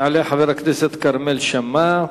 יעלה חבר הכנסת כרמל שאמה,